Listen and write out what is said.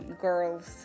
Girls